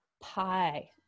Pie